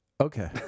Okay